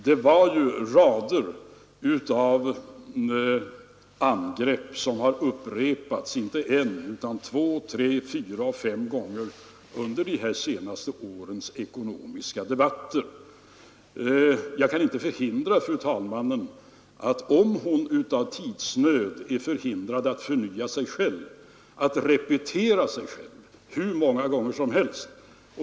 Det var ju rader av angrepp som har upprepats inte en utan två, tre, fyra och fem gånger under de senaste årens ekonomiska debatter. Jag kan inte förhindra fru talmannen att — om hon av tidsnöd är förhindrad att förnya sig — repetera sina angrepp hur många gånger som helst.